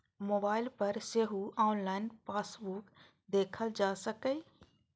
mobile पर सेहो online passbook देखल जा सकैए